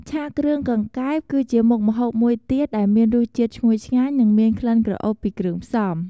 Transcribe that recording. ឆាគ្រឿងកង្កែប គឺជាមុខម្ហូបមួយទៀតដែលមានរសជាតិឈ្ងុយឆ្ងាញ់ និងមានក្លិនក្រអូបពីគ្រឿងផ្សំ។